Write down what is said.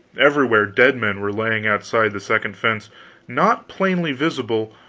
everywhere dead men were lying outside the second fence not plainly visible,